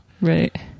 Right